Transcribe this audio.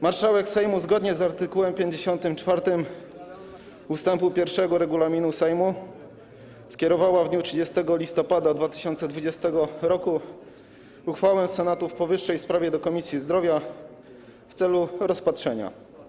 Marszałek Sejmu, zgodnie z art. 54 ust. 1 regulaminu Sejmu, skierowała w dniu 30 listopada 2020 r. uchwałę Senatu w powyższej sprawie do Komisji Zdrowia w celu rozpatrzenia.